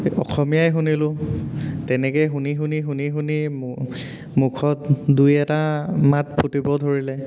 অসমীয়াই শুনিলোঁ তেনেকেই শুনি শুনি শুনি শুনি মুখত দুই এটা মাত ফুটিব ধৰিলে